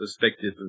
perspective